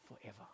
forever